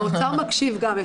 האוצר מקשיב גם.